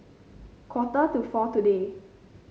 quarter to four today